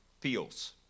feels